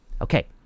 Okay